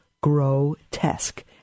grotesque